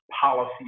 policy